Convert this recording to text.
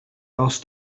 else